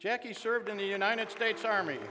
jackie served in the united states army